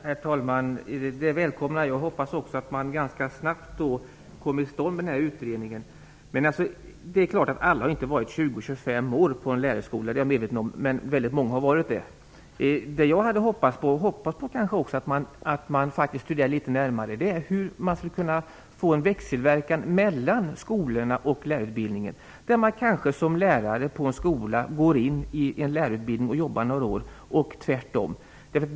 Herr talman! Jag välkomnar det. Jag hoppas också att den här utredningen kommer till stånd ganska snabbt. Det är klart att alla inte har varit 20-25 år på en lärarhögskola. Det är jag medveten om. Men väldigt många har varit det. Jag hade hoppats, och hoppas fortfarande, att man litet närmare studerar hur man skulle kunna få en växelverkan mellan skolorna och lärarutbildningen. Som lärare på en skola skulle man kunna gå in i lärarutbildningen och jobba några år, och tvärtom.